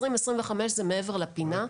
2025 זה מעבר לפינה.